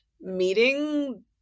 meeting